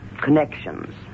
connections